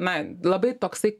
na labai toksai